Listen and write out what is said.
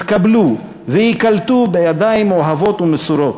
יתקבלו וייקלטו בידיים אוהבות ומסורות.